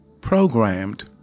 programmed